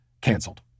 canceled